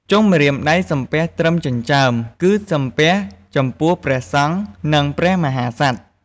ចុងម្រាមដៃសំពះត្រឹមចិញ្ចើម គឺសំពះចំពោះព្រះសង្ឃ និងព្រះមហាក្សត្រ។